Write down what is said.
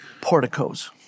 porticos